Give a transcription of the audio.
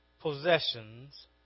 possessions